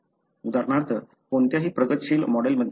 उदाहरणार्थ कोणत्याही प्रगतशील मॉडेलमध्ये